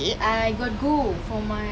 I got go for my